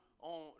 On